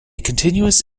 continuous